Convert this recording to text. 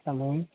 hello